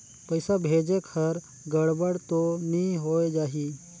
पइसा भेजेक हर गड़बड़ तो नि होए जाही?